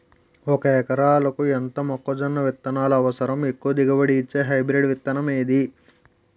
ఒక ఎకరాలకు ఎంత మొక్కజొన్న విత్తనాలు అవసరం? ఎక్కువ దిగుబడి ఇచ్చే హైబ్రిడ్ విత్తనం ఏది?